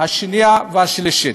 שנייה ובקריאה שלישית.